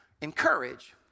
encourage